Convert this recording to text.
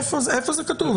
איפה זה כתוב?